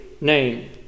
name